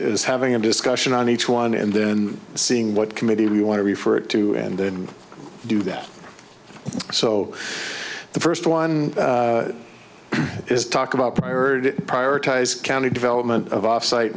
is having a discussion on each one and then seeing what committee you want to refer to and then do that so the first one is talk about preferred prioritize county development of off site